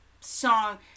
song